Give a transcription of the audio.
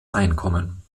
einkommen